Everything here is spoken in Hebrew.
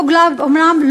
אותו גלאב אומנם,